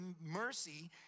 mercy